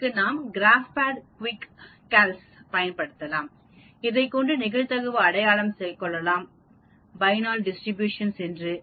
இதற்கு நாம் கிராப்பேட்டின் குவிகல்க்ஸைப் பயன்படுத்தலாம் இதைக்கொண்டு நிகழ்தகவு அடையாளம் கொள்ளலாம் பைனல் டிஸ்ட்ரிபியூஷன் என்று